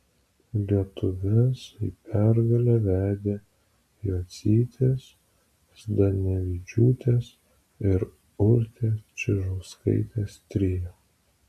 lietuves į pergalę vedė jocytės zdanevičiūtės ir urtės čižauskaitės trio